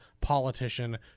politician